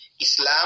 Islam